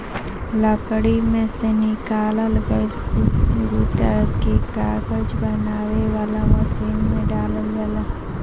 लकड़ी में से निकालल गईल गुदा के कागज बनावे वाला मशीन में डालल जाला